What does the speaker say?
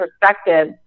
perspective